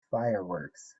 fireworks